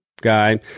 guy